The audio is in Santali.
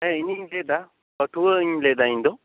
ᱦᱮᱸ ᱤᱧᱤᱧ ᱞᱟᱹᱭᱮᱫᱟ ᱯᱟᱹᱴᱷᱩᱣᱟᱹᱧ ᱞᱟᱹᱭᱮᱫᱟ ᱤᱧᱫᱚ